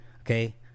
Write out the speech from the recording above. okay